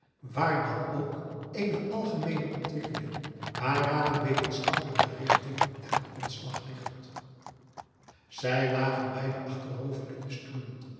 waar dan ook eene algemeene ontwikkeling waaraan een wetenschappelijke richting ten grondslag ligt zij lagen beiden achterover in hun stoelen